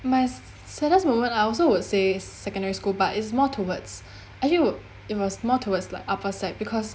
my saddest moment I also would say secondary school but it's more towards actually it wa~ it was more towards like upper sec because